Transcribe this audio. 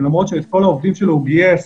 ולמרות שאת כל העובדים שלו הוא גייס